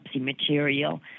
material